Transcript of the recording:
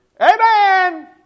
Amen